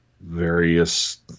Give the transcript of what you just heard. various